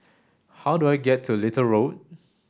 how do I get to Little Road